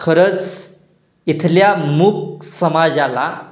खरंच इथल्या मूक समाजाला